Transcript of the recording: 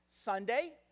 Sunday